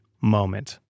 moment